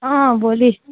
भोलि